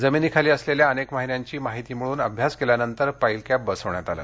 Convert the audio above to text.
जमिनीखाली असलेल्या अनेक वाहिन्यांची माहिती मिळवून अभ्यास केल्यानंतर पाईल कॅप बसवण्यात आलं